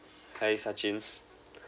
hi Sachin